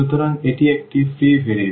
সুতরাং এটি একটি ফ্রি ভেরিয়েবল